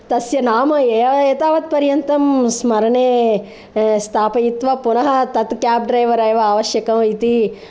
तस्य नाम एतावत्पर्यन्तं स्मरणे स्थापयित्वा पुनः तत् केब् ड्रैवर् एव आवश्यकम् इति